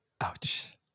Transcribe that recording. Ouch